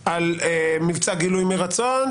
במבצע גילוי מרצון,